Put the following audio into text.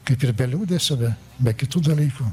kaip ir be liūdesio be be kitų dalykų